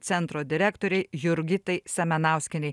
centro direktorei jurgitai semenauskenei